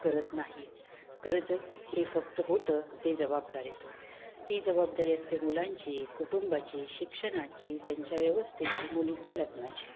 करत नाहीत कर्ज हे फक्त होतं ते जबाबदारीतून ती जबाबदारी असते मुलांची कुटुंबाची शिक्षणाची त्यांच्या व्यवस्थेची मुलींच्या लग्नाची